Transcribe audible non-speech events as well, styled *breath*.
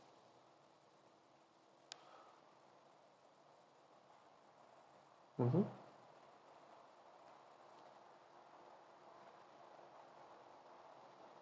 *breath* mmhmm